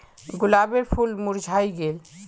गुलाबेर फूल मुर्झाए गेल